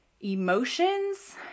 emotions